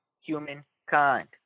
humankind